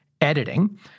editing